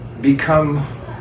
become